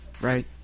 right